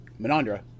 Menandra